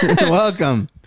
welcome